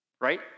right